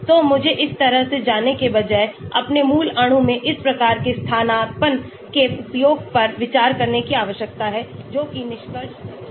तो मुझे इस तरह से जाने के बजाय अपने मूल अणु में इस प्रकार के स्थानापन्न के उपयोग पर विचार करने की आवश्यकता है जो कि निष्कर्ष है